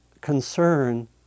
concern